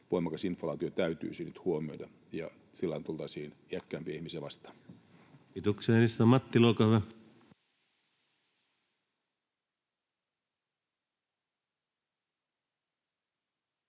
voimakas inflaatio täytyisi nyt huomioida, ja silloin tultaisiin iäkkäämpiä ihmisiä vastaan. Kiitoksia. — Edustaja Mattila, olkaa hyvä.